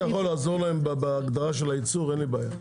יכול לעזור להם בהגדרה של ארץ ייצור אין לי בעיה.